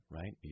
right